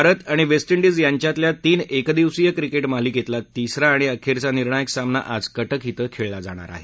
भारत आणि West Indies यांच्यातल्या तीन एकदिवसीय क्रिकेट मालिकेतला तिसरा आणि अखेरचा सामना आज कटक इथं तिसरा खेळला जाणार आहे